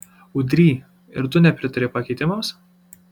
udry ir tu nepritari pakeitimams